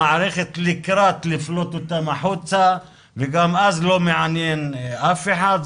לקראת לפלוט אותם החוצה וגם אז זה לא מעניין אף אחד.